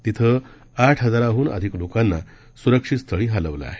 तिथं आठ हजाराहून अधिक लोकांना सुरक्षित स्थळी हलवलं आहे